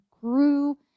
grew